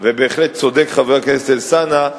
ובהחלט צודק חבר הכנסת אלסאנע,